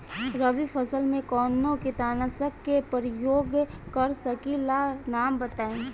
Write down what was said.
रबी फसल में कवनो कीटनाशक के परयोग कर सकी ला नाम बताईं?